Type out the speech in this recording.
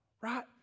right